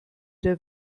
der